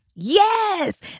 Yes